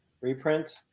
reprint